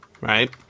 Right